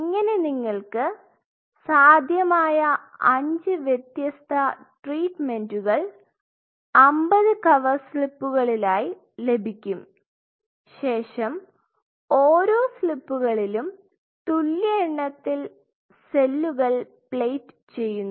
ഇങ്ങനെ നിങ്ങൾക്ക് സാധ്യമായ അഞ്ച് വ്യത്യസ്ത ട്രീറ്റ്മെൻറ്കൾ 50 കവർ സ്ലിപ്പുകളിലായി ലഭിക്കും ശേഷം ഓരോ സ്ലിപ്പുകളിലും തുല്യ എണ്ണത്തിൽ സെല്ലുകൾ പ്ലേറ്റ് ചെയ്യുന്നു